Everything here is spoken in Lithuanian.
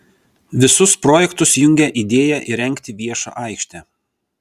visus projektus jungia idėja įrengti viešą aikštę